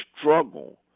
struggle